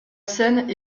scène